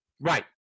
Right